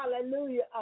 hallelujah